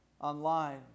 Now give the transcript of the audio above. online